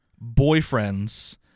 boyfriend's